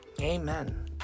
Amen